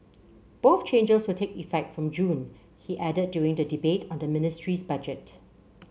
both changes will take effect from June he added during the debate on the ministry's budget